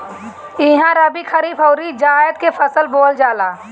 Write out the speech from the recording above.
इहा रबी, खरीफ अउरी जायद के फसल बोअल जाला